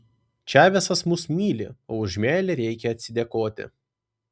čavesas mus myli o už meilę reikia atsidėkoti